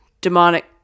demonic